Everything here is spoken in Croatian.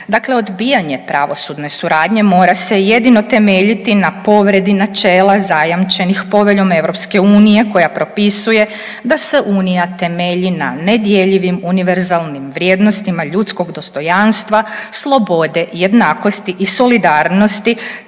Dakle, odbijanje pravosudne suradnje mora se jedino temeljiti na povredi načela zajamčenih Poveljom EU koja propisuje da se Unija temelji na nedjeljivim univerzalnim vrijednostima ljudskog dostojanstva, slobode, jednakosti i solidarnosti